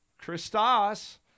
Christos